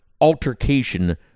altercation